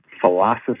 philosophy